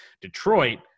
Detroit